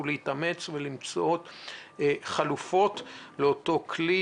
להתאמץ ולמצוא עוד חלופות לאותו כלי